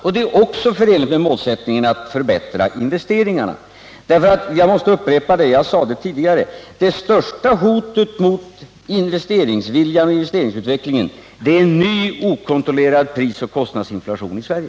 Och det är också förenligt med målsättningen att förbättra investeringarna, därför att — jag måste upprepa detta — det största hotet mot investeringsviljan och investeringsutvecklingen är en ny okontrollerad prisoch kostnadsinflation i Sverige.